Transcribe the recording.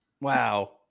wow